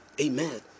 Amen